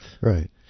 Right